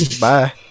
Bye